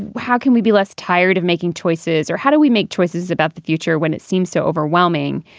and how can we be less tired of making choices or how do we make choices about the future when it seems so overwhelming?